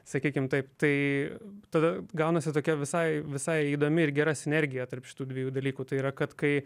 sakykim taip tai tada gaunasi tokia visai visai įdomi ir gera sinergija tarp šitų dviejų dalykų tai yra kad kai